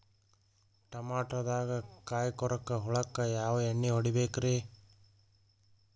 ಟಮಾಟೊದಾಗ ಕಾಯಿಕೊರಕ ಹುಳಕ್ಕ ಯಾವ ಎಣ್ಣಿ ಹೊಡಿಬೇಕ್ರೇ?